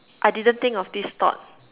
I didn't think of this thought